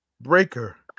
Breaker